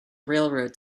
railroad